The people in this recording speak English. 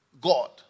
God